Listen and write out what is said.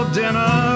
dinner